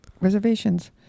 reservations